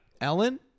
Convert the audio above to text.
Ellen